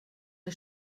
der